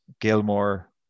Gilmore